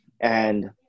And-